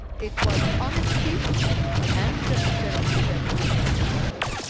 it was honesty and transparency that brought us together.